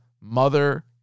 Mother